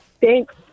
Thanks